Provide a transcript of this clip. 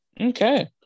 okay